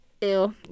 ew